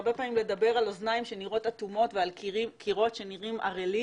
זה הרבה פעמים לדבר אל אוזניים שנראות אטומות ואל קירות שנראים ערלים